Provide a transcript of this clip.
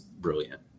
brilliant